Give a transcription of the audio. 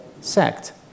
sect